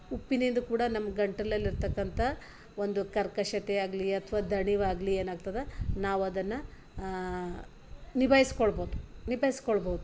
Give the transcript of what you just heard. ಉಪ್ಪಿನಿಂದ ಕೂಡ ನಮ್ಮ ಗಂಟಲಲ್ಲಿ ಇರ್ತಕಂಥ ಒಂದು ಕರ್ಕಶತೆ ಆಗಲಿ ಅಥ್ವಾ ದಣಿವಾಗಲಿ ಏನಾಗ್ತದೆ ನಾವದನ್ನು ನಿಭಾಯಿಸ್ಕೊಳ್ಬೊದು ನಿಭಾಯಿಸ್ಕೊಳ್ಬೊದು